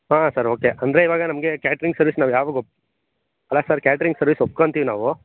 ಹಾಂ sir okay ಅಂದರೆ ಇವಾಗ ನಮಗೆ ಕ್ಯಾಟ್ರಿಂಗ್ ಸರ್ವೀಸ್ ನಾವು ಯಾವಾಗ ಅಲ್ಲ ಸರ್ ಕ್ಯಾಟ್ರಿಂಗ್ ಸರ್ವೀಸ್ ಒಪ್ಕೊಂತ್ತೀವಿ ನಾವು